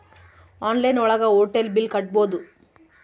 online ಒಳಗ hotel bill ಕಟ್ಬೋದು